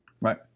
Right